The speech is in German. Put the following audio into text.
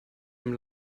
dem